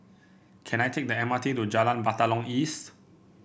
can I take the M R T to Jalan Batalong East